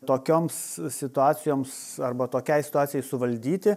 tokioms situacijoms arba tokiai situacijai suvaldyti